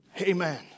Amen